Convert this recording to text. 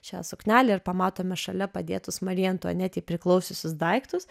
šią suknelę ir pamatome šalia padėtus marijai antuanetei priklausiusius daiktus